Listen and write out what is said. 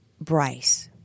Bryce